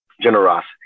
generosity